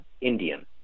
Indian